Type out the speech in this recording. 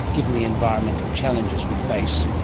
given the environmental challenges we face?